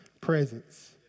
presence